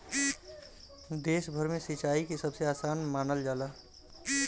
देश भर में सिंचाई के सबसे आसान मानल जाला